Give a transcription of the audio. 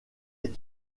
est